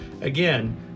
Again